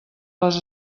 les